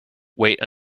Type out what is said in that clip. wait